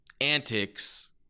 antics